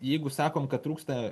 jeigu sakom kad trūksta